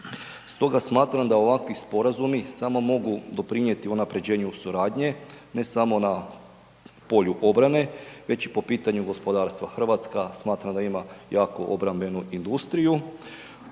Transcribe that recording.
Stoga smatram da ovakvi sporazumi samo mogu doprinijeti unapređenju suradnje, ne samo na polju obrane, već i po pitanju gospodarstva. RH smatram da ima jaku obrambenu industriju,